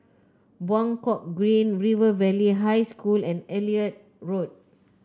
Buangkok Green River Valley High School and Elliot Road